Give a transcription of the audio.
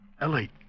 Ellie